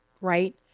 right